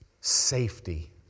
Safety